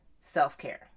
self-care